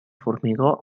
formigó